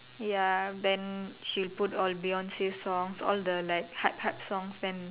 ya then she'll put all Beyonce songs all the like hard hard songs then